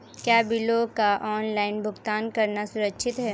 क्या बिलों का ऑनलाइन भुगतान करना सुरक्षित है?